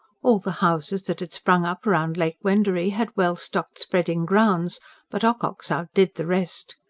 all the houses that had sprung up round lake wendouree had well-stocked spreading grounds but ocock's outdid the rest.